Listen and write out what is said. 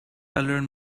learn